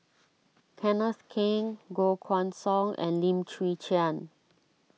Kenneth Keng Koh Guan Song and Lim Chwee Chian